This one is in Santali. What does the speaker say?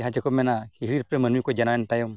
ᱡᱟᱦᱟᱸ ᱪᱮᱠᱚ ᱢᱮᱱᱟ ᱦᱤᱦᱤᱲᱤᱼᱯᱤᱯᱤᱲᱤ ᱨᱮ ᱢᱟᱹᱱᱢᱤ ᱠᱚ ᱡᱟᱱᱟᱢᱮᱱ ᱛᱟᱭᱚᱢ